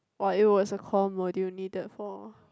or it was a core module needed for